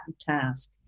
task